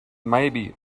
maybe